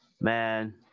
man